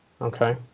Okay